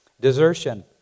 desertion